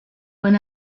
when